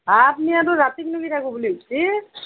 ভাত নিয়াতো ৰাতি বেলিকা কব'লে হৈছি